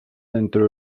dentro